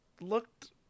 looked